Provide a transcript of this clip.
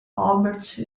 albert